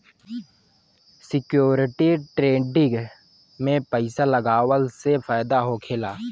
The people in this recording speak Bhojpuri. सिक्योरिटी ट्रेडिंग में पइसा लगावला से फायदा होखेला